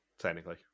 technically